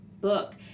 book